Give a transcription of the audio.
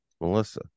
Melissa